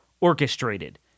orchestrated